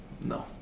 No